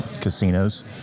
casinos